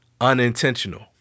unintentional